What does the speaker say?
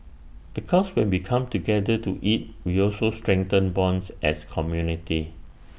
because when we come together to eat we also strengthen bonds as community